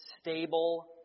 stable